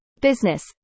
business